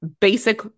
basic